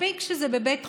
מספיק שזה בבית חולים,